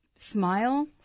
Smile